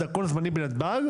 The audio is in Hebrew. להיפך.